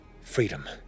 freedom